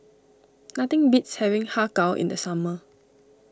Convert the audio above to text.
nothing beats having Har Kow in the summer